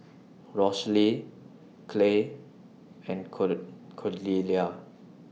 Rosalee Kaleigh and Cordelia